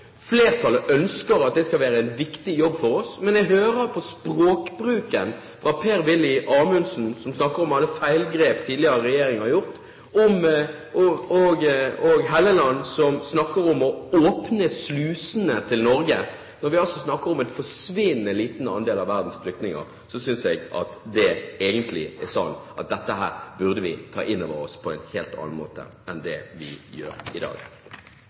Flertallet ønsker at det skal være en viktig jobb for oss, men jeg hører jo språkbruken til Per-Willy Amundsen, som snakker om alle feilgrep tidligere regjeringer har gjort, og til Helleland, som snakker om å «åpne slusene» til Norge. Når vi altså snakker om en forsvinnende liten andel av verdens flyktninger, synes jeg egentlig vi burde ta dette inn over oss på en helt annen måte enn det vi gjør i dag.